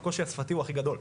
הקושי השפתי הוא הכי גדול,